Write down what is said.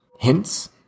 Hints